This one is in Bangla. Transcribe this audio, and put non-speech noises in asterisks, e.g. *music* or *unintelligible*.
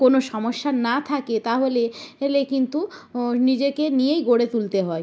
কোনো সমস্যা না থাকে তাহলে *unintelligible* কিন্তু নিজেকে নিয়েই গড়ে তুলতে হয়